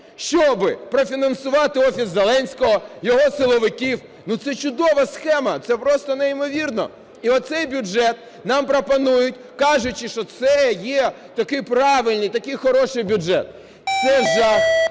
щоб профінансувати Офіс Зеленського, його силовиків. Ну, це чудова схема, це просто неймовірно. І оцей бюджет нам пропонують, кажучи, що це є такий правильний, такий хороший бюджет. Це жах,